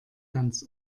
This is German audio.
ganz